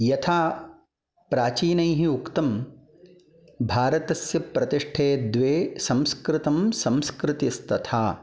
यथा प्राचीनैः उक्तम् भारतस्य प्रतिष्ठे द्वे संस्कृतं संस्कृतिस्तथा